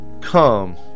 come